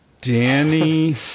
Danny